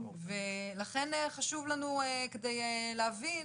לכן חשוב לנו כדי להבין